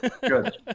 Good